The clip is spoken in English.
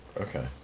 Okay